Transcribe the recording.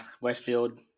Westfield